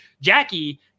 Jackie